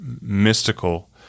mystical